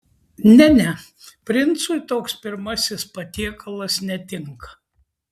ne ne princui toks pirmasis patiekalas netinka